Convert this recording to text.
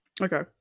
Okay